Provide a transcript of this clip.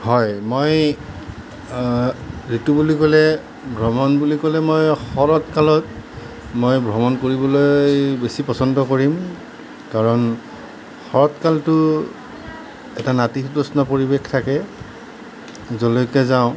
হয় মই ঋতু বুলি ক'লে ভ্ৰমণ বুলি ক'লে মই শৰৎ কালত মই ভ্ৰমণ কৰিবলৈ বেছি পচন্দ কৰিম কাৰণ শৰৎ কালটো এটা নাতিশীতোষ্ণ পৰিৱেশ থাকে য'লেকৈ যাওঁ